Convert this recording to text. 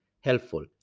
helpful